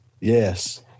Yes